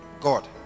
God